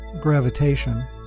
gravitation